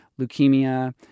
leukemia